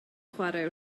chwarae